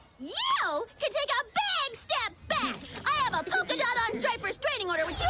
you can take a big step back. i have a polka dot on stripe restraining order was yeah